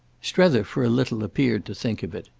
strether, for a little, appeared to think of it.